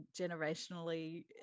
generationally